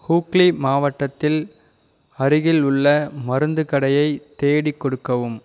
ஹூக்ளி மாவட்டத்தில் அருகில் உள்ள மருந்து கடையை தேடி கொடுக்கவும்